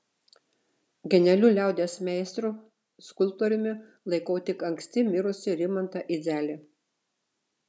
genialiu liaudies meistru skulptoriumi laikau tik anksti mirusį rimantą idzelį